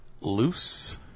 Loose